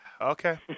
Okay